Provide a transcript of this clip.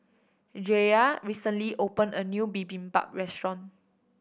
Jaye recently opened a new Bibimbap Restaurant